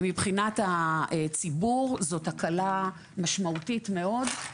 מבחינת הציבור זאת הקלה משמעותית מאוד.